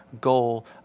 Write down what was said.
goal